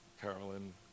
Carolyn